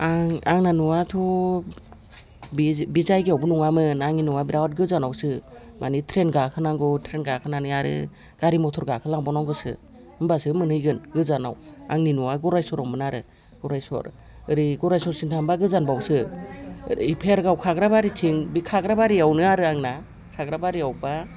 आं आंना न'आथ' बे जायगायावबो नङामोन आंनि न'आव बेराद गोजानावसो मानि ट्रेन गाखोनांगौ ट्रेन गाखोनानै आरो गारि मथर गाखोलांबाव नांगौसो होमब्लासो मोनहैगोन गोजानाव आंनि न'आ गरायसरावमोन आरो गरायसर ओरै गरायसरसिम थांब्ला गोजानबावसो भेरगाव खाग्राबारिथिं बे खाग्राबारियावनो आरो आंना खाग्राबारियावब्ला